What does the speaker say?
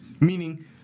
Meaning